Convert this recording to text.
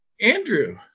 Andrew